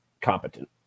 competent